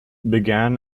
began